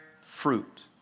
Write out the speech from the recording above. fruit